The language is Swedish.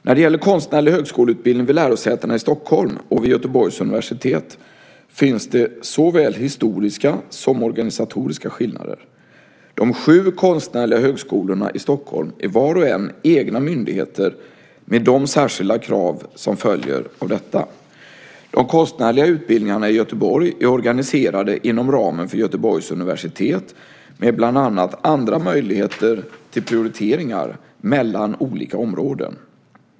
När det gäller konstnärlig högskoleutbildning vid lärosätena i Stockholm och vid Göteborgs universitet finns det såväl historiska som organisatoriska skillnader. De sju konstnärliga högskolorna i Stockholm är var och en egna myndigheter med de särskilda krav som följer av detta. De konstnärliga utbildningarna i Göteborg är organiserade inom ramen för Göteborgs universitet med bland annat andra möjligheter till prioriteringar mellan olika områden.